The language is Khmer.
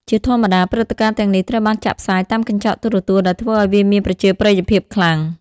ជាធម្មតា ព្រឹត្តិការណ៍ទាំងនេះត្រូវបានចាក់ផ្សាយតាមកញ្ចក់ទូរទស្សន៍ ដែលធ្វើឲ្យវាមានប្រជាប្រិយភាពខ្លាំង។